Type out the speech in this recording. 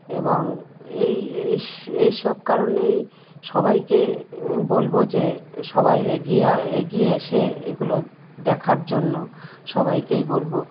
এবং এই এই এই সব কারণেই সবাইকে বলব যে সবাই এগিয়ে এগিয়ে এসে এগুলো দেখার জন্য সবাইকেই বলব